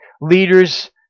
leaders